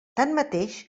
tanmateix